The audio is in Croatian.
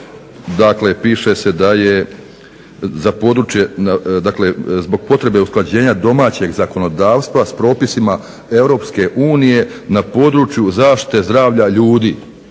Dakle, piše se da je za područje dakle zbog potrebe usklađenja domaćeg zakonodavstva s propisima EU na području zaštite zdravlja ljudi.